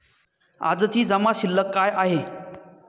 आजची जमा शिल्लक काय आहे?